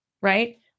right